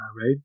right